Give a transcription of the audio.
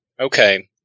Okay